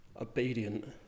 obedient